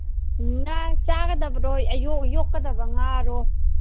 ꯉꯥ ꯆꯥꯒꯗꯕꯔꯣ ꯌꯣꯛꯀꯗꯕ ꯉꯥꯔꯣ